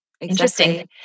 Interesting